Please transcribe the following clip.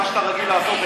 מה שאתה רגיל לעשות,